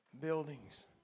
buildings